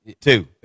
Two